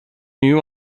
new